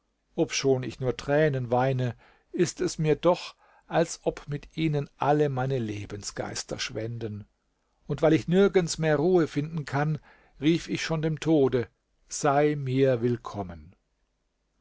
obschon ich nur tränen weine ist es mir doch als ob mit ihnen alle meine lebensgeister schwänden und weil ich nirgends mehr ruhe finden kann rief ich schon dem tode sei mir willkommen